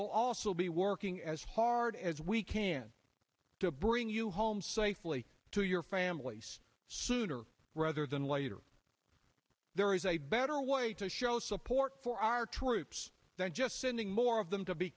will also be working as hard as we can to bring you home safely to your families sooner rather than later there is a better way to show support for our troops than just sending more of them to be